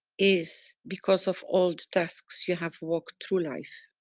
is because of all the tasks you have walked through life.